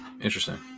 Interesting